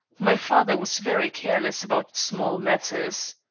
my father was very careless about small matters.